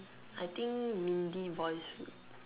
I think Mindy voice would